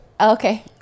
Okay